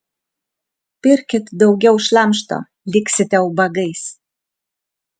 pirkit daugiau šlamšto liksite ubagais